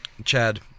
Chad